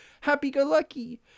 Happy-go-lucky